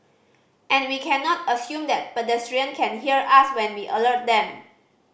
and we cannot assume that pedestrian can hear us when we alert them